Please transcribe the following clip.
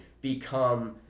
become